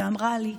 ואמרה לי: